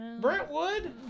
Brentwood